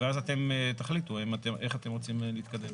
ואז אתם תחליטו איך אתם רוצים להתקדם.